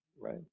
right